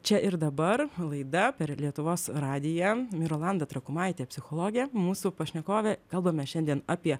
čia ir dabar laida per lietuvos radiją mirolanda trakumaitė psichologė mūsų pašnekovė kalbame šiandien apie